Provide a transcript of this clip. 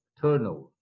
turnover